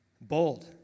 Bold